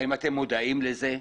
האם אתם מודעים לזה?